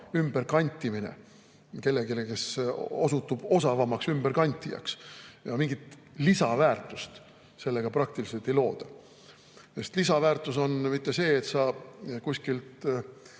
ümberkantimine kellelegi, kes osutub osavamaks ümberkantijaks. Mingit lisaväärtust sellega praktiliselt ei looda. Lisaväärtus ei ole mitte see, et sa